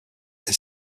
est